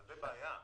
זאת בעיה,